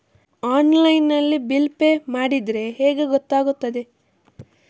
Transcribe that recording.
Online ನಲ್ಲಿ bill pay ಮಾಡಿದ್ರೆ ಹೇಗೆ ಗೊತ್ತಾಗುತ್ತದೆ?